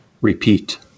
repeat